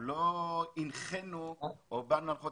אני לא חושב שמישהו סביב השולחן או מישהו בזום חושב